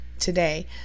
today